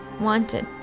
wanted